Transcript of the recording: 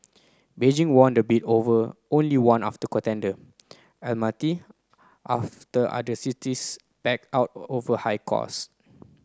Beijing won the bid over only one after contender Almaty after other cities backed out over high cost